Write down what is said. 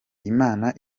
imana